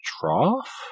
trough